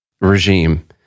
regime